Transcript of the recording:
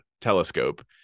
Telescope